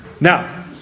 Now